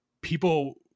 people